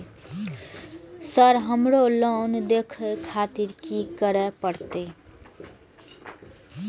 Sir हमरो loan देखें खातिर की करें परतें?